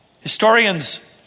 Historians